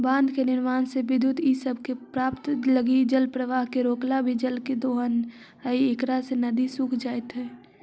बाँध के निर्माण से विद्युत इ सब के प्राप्त लगी जलप्रवाह के रोकला भी जल के दोहन हई इकरा से नदि सूख जाइत हई